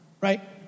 Right